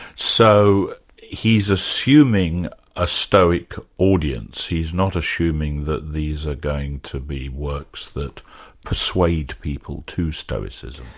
so he's assuming a stoic audience he's not assuming that these are going to be works that persuade people to stoicism?